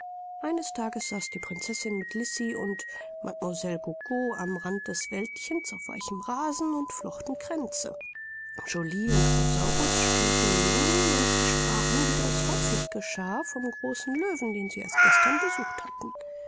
eines tages saß die prinzessin mit lisi und mlle gogo am rand des wäldchens auf weichem rasen und flochten kränze joly und rosaurus spielten neben ihnen und sie sprachen wie das häufig geschah vom großen löwen den sie erst gestern besucht hatten